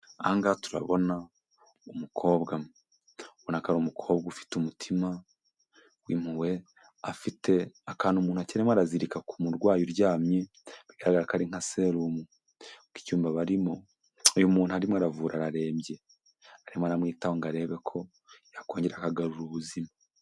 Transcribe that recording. Aha ngaha turabona umukobwa ubonaka ari umukobwa ufite umutima w'impuhwe, afite akantu mu ntoki arimo arazirika ku murwayi uryamye bigaragara nka serumu, kuko icyumba barimo uyu muntu arimo aravura ararembye arimo aramwitaho ngo arebe ko yakongera akagarura ubuzima.